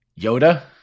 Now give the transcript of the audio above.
Yoda